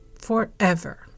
forever